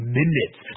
minutes